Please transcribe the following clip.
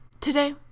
Today